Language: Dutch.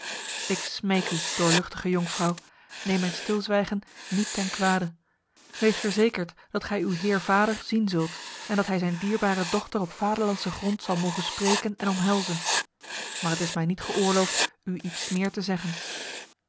ik smeek u doorluchtige jonkvrouw neem mijn stilzwijgen niet ten kwade wees verzekerd dat gij uw heer vader zien zult en dat hij zijn dierbare dochter op vaderlandse grond zal mogen spreken en omhelzen maar het is mij niet geoorloofd u iets meer te zeggen